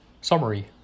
Summary